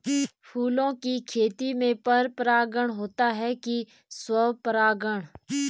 फूलों की खेती में पर परागण होता है कि स्वपरागण?